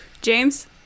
james